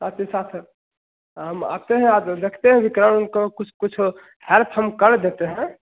साथ ही साथ हम आते हैं आज देखते हैं विकलांग को कुछ कुछ हेल्प हम कर देते हैं